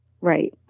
Right